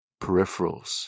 peripherals